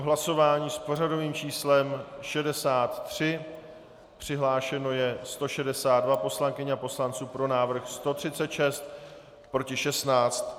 Hlasování s pořadovým číslem 63, přihlášeno je 162 poslankyň a poslanců, pro návrh 136, proti 16.